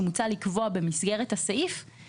במסגרת הסעיף מוצע לקבוע,